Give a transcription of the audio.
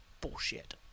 Bullshit